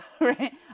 right